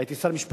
הייתי שר משפטים,